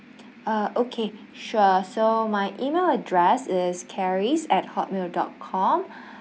uh okay sure so my email address is carice at hotmail dot com